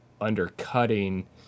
undercutting